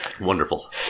Wonderful